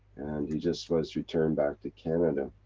and he just was returned back to canada.